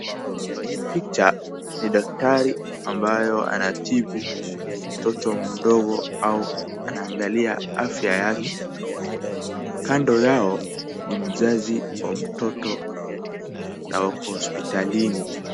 Kwa hii picha ni daktari ambayo anatibu mtoto mdogo au anaangalia afya yake kando yao ni mzazi wa mtoto na wako hospitalini.